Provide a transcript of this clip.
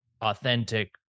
authentic